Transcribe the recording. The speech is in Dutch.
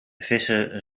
vissen